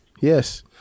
Yes